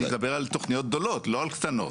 אני מדבר על תוכניות גדולות, לא על קטנות.